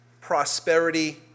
prosperity